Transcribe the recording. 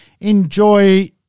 enjoy